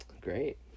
Great